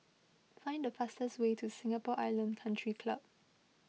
find the fastest way to Singapore Island Country Club